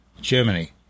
Germany